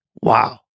Wow